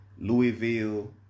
Louisville